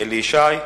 אלי ישי,